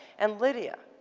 and lydia,